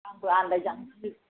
आंबो आन्दाय जानो गियो